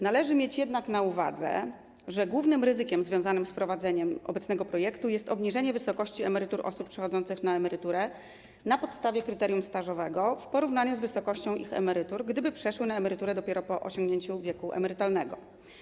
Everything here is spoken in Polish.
Należy mieć jednak na uwadze, że głównym ryzykiem związanym z wprowadzeniem obecnego projektu jest obniżenie wysokości emerytur osób przechodzących na emeryturę na podstawie kryterium stażowego w porównaniu z wysokością ich emerytur, gdyby przeszły na emeryturę dopiero po osiągnięciu wieku emerytalnego.